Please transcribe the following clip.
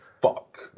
fuck